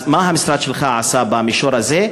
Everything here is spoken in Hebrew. מה המשרד שלך עשה במישור הזה,